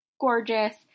gorgeous